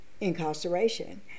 Incarceration